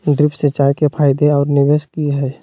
Drip सिंचाई के फायदे और निवेस कि हैय?